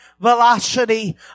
velocity